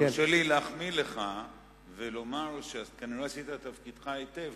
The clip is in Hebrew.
תרשה לי להחמיא לך ולומר שכנראה עשית את תפקידך היטב,